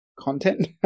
content